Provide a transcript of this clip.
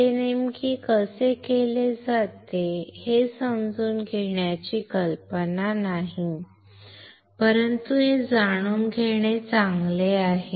ते नेमके कसे केले जाते हे समजून घेण्याची कल्पना नाही परंतु हे जाणून घेणे चांगले आहे